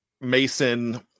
Mason